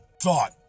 thought